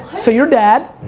so your dad,